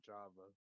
Java